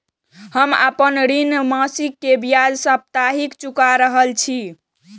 हम आपन ऋण मासिक के ब्याज साप्ताहिक चुका रहल छी